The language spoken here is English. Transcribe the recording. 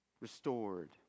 Restored